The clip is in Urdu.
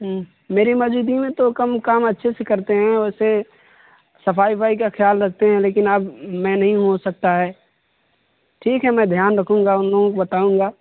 ہوں میری موجودگی میں تو کم کام اچھے سے کرتے ہیں ویسے صفائی افائی کا خیال رکھتے ہیں لیکن اب میں نہیں ہوں ہو سکتا ہے ٹھیک ہے میں دھیان رکھوں گا ان لوگوں کو بتاؤں گا